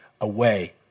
away